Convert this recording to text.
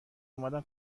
اومدن